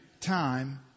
time